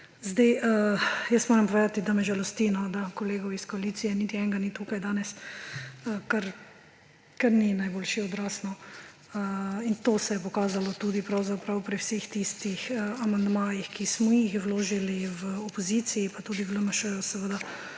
dan. Moram povedati, da me žalosti, da kolegov iz koalicije niti enega ni tukaj danes, kar ni najboljši odraz. In to se je pokazalo tudi pravzaprav pri vseh tistih amandmajih, ki smo jih vložili v opoziciji pa tudi v LMŠ, pa